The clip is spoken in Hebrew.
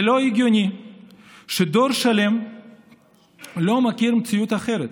זה לא הגיוני שדור שלם לא מכיר מציאות אחרת,